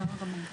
בסדר גמור.